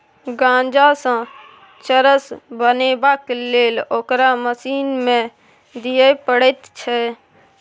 गांजासँ चरस बनेबाक लेल ओकरा मशीन मे दिए पड़ैत छै